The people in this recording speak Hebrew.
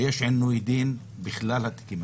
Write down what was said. ויש עינוי דין בכלל התיקים,